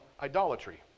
idolatry